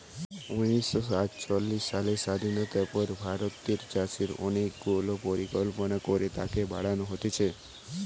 উনিশ শ সাতচল্লিশ সালের স্বাধীনতার পর ভারতের চাষে অনেক গুলা পরিকল্পনা করে তাকে বাড়ান হতিছে